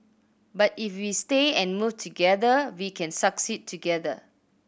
but if we stay and move together we can succeed together